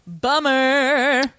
bummer